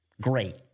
Great